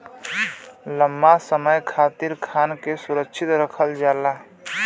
लंबा समय खातिर खाना के सुरक्षित रखल जाला